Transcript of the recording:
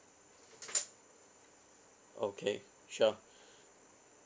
okay sure